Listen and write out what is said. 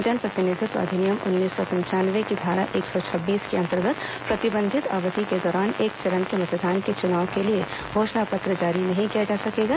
जनप्रतिनिधित्व अधिनियम उन्नीस सौ पंचानवे की धारा एक सौ छब्बीस के अंतर्गत प्रतिबंधित अवधि के दौरान एक चरण के मतदान के चुनाव के लिये घोषणा पत्र जारी नहीं किया जा सकेगा